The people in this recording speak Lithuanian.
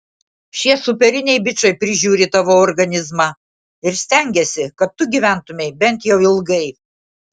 šie superiniai bičai prižiūri tavo organizmą ir stengiasi kad tu gyventumei bent jau ilgai